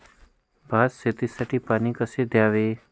भात शेतीसाठी पाणी कसे द्यावे?